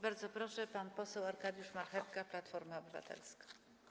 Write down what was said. Bardzo proszę, pan poseł Arkadiusz Marchewka, Platforma Obywatelska.